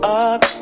up